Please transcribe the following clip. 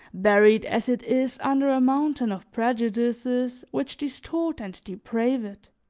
buried as it is under a mountain of prejudices which distort and deprave it,